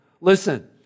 Listen